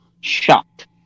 shocked